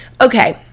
okay